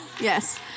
Yes